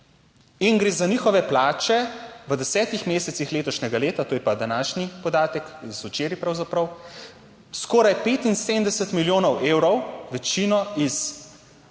in gre za njihove plače v desetih mesecih letošnjega leta, to je pa današnji podatek, iz včeraj pravzaprav, skoraj 75 milijonov evrov večino iz